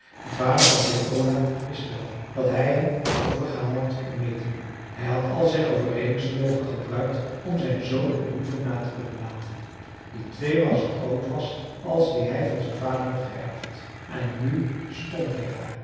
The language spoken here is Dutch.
de vader van peer ola wist wel dat hij hen had overgehaald om meê te doen hij had al zijn overredingsvermogen gebruikt om zijn zoon een hoeve na te kunnen laten die tweemaal zoo groot was als die hij van zijn vader had geërfd en nu stond hij daar